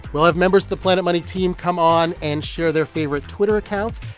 we'll have members the planet money team come on and share their favorite twitter accounts,